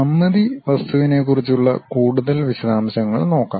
സമമിതി വസ്തുവിനെക്കുറിച്ചുള്ള കൂടുതൽ വിശദാംശങ്ങൾ നോക്കാം